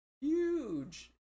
Huge